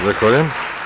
Zahvaljujem.